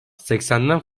seksenden